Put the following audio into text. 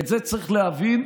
את זה צריך להבין,